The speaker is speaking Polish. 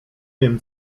wiem